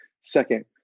Second